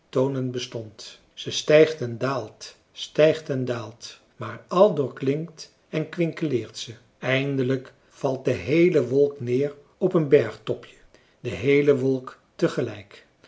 tonen bestond ze stijgt en daalt stijgt en daalt maar aldoor klinkt en kwinkeleert ze eindelijk valt de heele wolk neer op een bergtopje de heele wolk